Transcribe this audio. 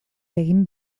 egin